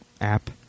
app